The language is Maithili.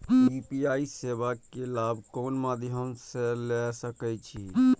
यू.पी.आई सेवा के लाभ कोन मध्यम से ले सके छी?